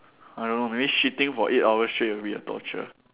I don't know maybe shitting for eight hours straight would be a torture